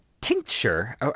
Tincture